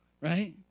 right